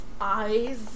eyes